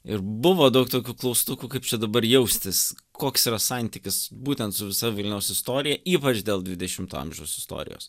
ir buvo daug tokių klaustukų kaip čia dabar jaustis koks yra santykis būtent su visa vilniaus istorija ypač dėl dvidešimto amžiaus istorijos